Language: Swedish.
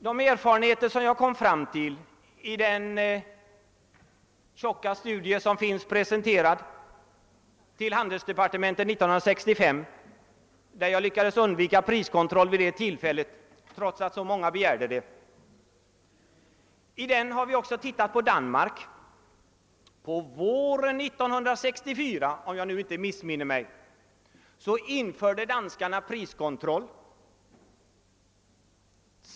De erfarenheter jag kom fram till i den tjocka studie som presenterades för handelsdepartementet 1965 — då jag lyckades undvika priskontroll trots att så många begärde en sådan — är hämtade även från Danmark. På våren 1964, om jag inte missminner mig, införde danskarna priskontroll.